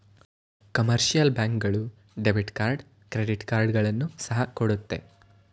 commercial bank ಗಳು debit card credit ಕಾರ್ಡ್ಗಳನ್ನು ಸಹ ಕೊಡುತ್ತೆ